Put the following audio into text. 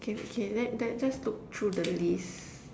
K wait K let that just look through the list